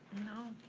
know.